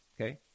okay